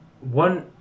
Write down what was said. one